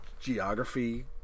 geography